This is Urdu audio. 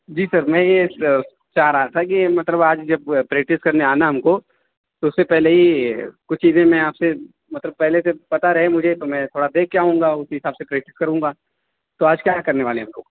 جی سر میں یہ چاہ رہا تھا کہ مطلب آج جب پریکٹس کرنے آنا ہے ہم کو تو اس سے پہلے ہی کچھ چیزیں میں آپ سے مطلب پہلے سے پتا رہے مجھے تو میں تھوڑا دیکھ کے آؤں گا اسی حساب سے پریکٹس کروں گا تو آج کیا کرنے والے ہیں ہم کو